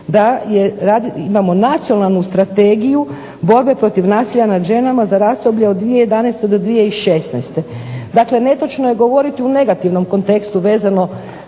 da imamo Nacionalnu strategiju borbe protiv nasilja nad ženama za razdoblje od 2011. do 2016. Dakle, netočno je govoriti u negativnom kontekstu vezano